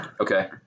Okay